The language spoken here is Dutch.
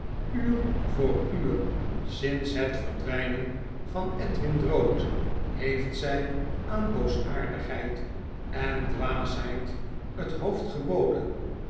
uur voor uur sinds het verdwynen van edwin drood heeft zy aan boosaardigheid en dwaasheid het hoofd geboden